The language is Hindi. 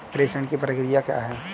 प्रेषण की प्रक्रिया क्या है?